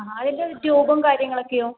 ആ അതിൻ്റെ ട്യൂബും കാര്യങ്ങളൊക്കെയോ